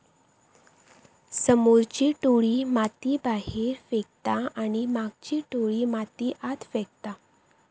समोरची टोळी माती बाहेर फेकता आणि मागची टोळी माती आत फेकता